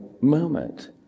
moment